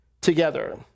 together